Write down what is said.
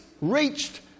reached